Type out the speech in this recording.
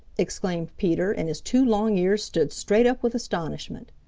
exclaimed peter, and his two long ears stood straight up with astonishment.